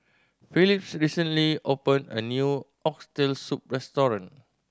Phillis recently opened a new Oxtail Soup restaurant